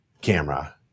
camera